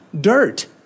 dirt